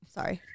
sorry